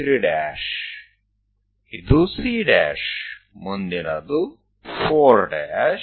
તો ચાલો આપણે તેને 678910 બોલાવીએ